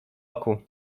oku